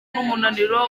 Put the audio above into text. n’umunaniro